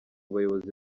bayobozi